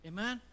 Amen